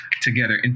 together